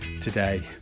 today